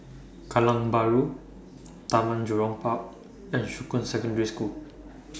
Kallang Bahru Taman Jurong Park and Shuqun Secondary School